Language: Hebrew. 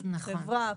חברה,